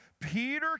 Peter